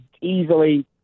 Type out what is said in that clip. easily